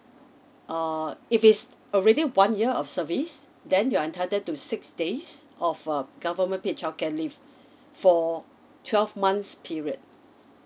uh if it's already one year of service then you are entitled to six days of uh government paid childcare leave for twelve months period